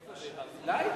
איפה, ב"ברזילי"?